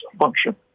function